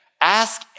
ask